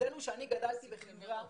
ההבדל הוא שאני גדלתי בחברה